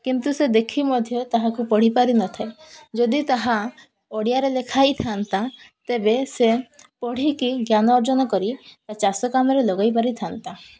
କିନ୍ତୁ ସେ ଦେଖି ମଧ୍ୟ ତାହାକୁ ପଢ଼ି ପାରିନଥାଏ ଯଦି ତାହା ଓଡ଼ିଆରେ ଲେଖା ହେଇଥାନ୍ତା ତେବେ ସେ ପଢ଼ିକି ଜ୍ଞାନ ଅର୍ଜନ କରି ତା ଚାଷ କାମରେ ଲଗାଇ ପାରିଥାନ୍ତା